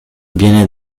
viene